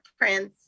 Prince